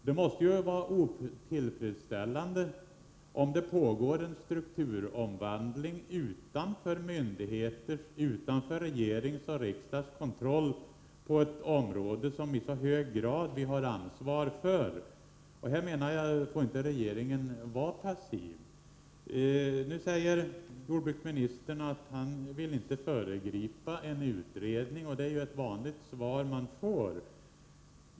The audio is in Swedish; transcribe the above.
Det måste vara otillfredsställande om det pågår en strukturomvandling utanför myndigheternas och regeringens och riksdagens kontroll på ett område som vi i så hög grad har ansvar för. Här får inte regeringen vara passiv. Nu säger jordbruksministern att han inte vill föregripa en utredning, och det är ett vanligt svar.